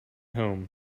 home